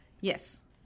Yes